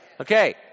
Okay